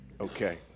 Okay